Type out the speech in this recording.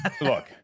look